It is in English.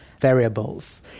variables